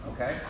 okay